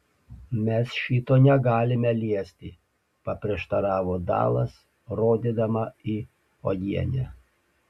mes šito negalime liesti paprieštaravo dalas rodydama į uogienę